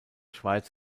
schweiz